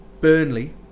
Burnley